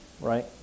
Right